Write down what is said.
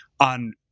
on